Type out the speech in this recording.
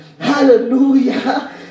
Hallelujah